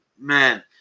man